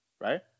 right